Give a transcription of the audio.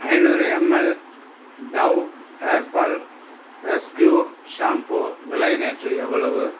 ஐநூறு ML Dove hair fall rescue shampoo விலை நேற்று எவ்வளவு